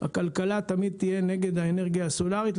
הכלכלה תמיד תהיה נגד האנרגיה הסולארית,